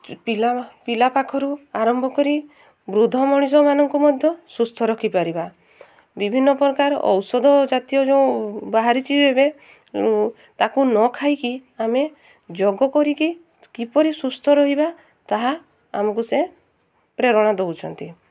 ପିଲା ପିଲା ପାଖରୁ ଆରମ୍ଭ କରି ବୃଦ୍ଧ ମଣିଷମାନଙ୍କୁ ମଧ୍ୟ ସୁସ୍ଥ ରଖିପାରିବା ବିଭିନ୍ନ ପ୍ରକାର ଔଷଧ ଜାତୀୟ ଯେଉଁ ବାହାରିଛି ଏବେ ତାକୁ ନ ଖାଇକରି ଆମେ ଯୋଗ କରିକି କିପରି ସୁସ୍ଥ ରହିବା ତାହା ଆମକୁ ସେ ପ୍ରେରଣା ଦେଉଛନ୍ତି